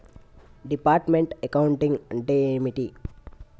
Departmental accounting అంటే ఏమిటి?